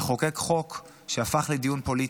אנחנו מתחילים לחוקק חוק שהפך לדיון פוליטי.